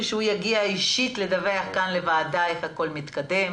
שהוא יגיע אישית לדווח כאן לוועדה איך הכול מתקדם.